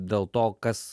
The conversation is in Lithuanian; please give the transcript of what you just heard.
dėl to kas